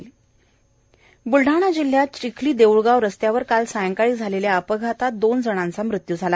अपघात ब्लडाणा जिल्ह्यात चिखली देऊळगाव रस्त्यावर काल संध्याकाळी झालेल्या एका अपघातात दोन जणांचा मृत्यू झाला